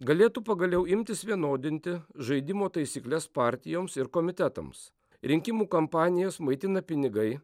galėtų pagaliau imtis vienodinti žaidimo taisykles partijoms ir komitetams rinkimų kampanijas maitina pinigai